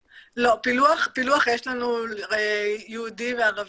פילוח, יש לנו יהודי וערבי,